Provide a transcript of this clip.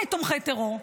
תומכת טרור.